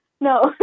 No